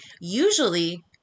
Usually